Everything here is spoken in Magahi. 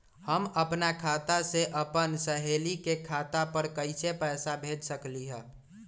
हम अपना खाता से अपन सहेली के खाता पर कइसे पैसा भेज सकली ह?